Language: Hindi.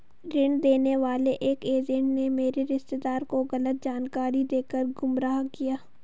ऋण देने वाले एक एजेंट ने मेरे रिश्तेदार को गलत जानकारी देकर गुमराह किया